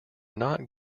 not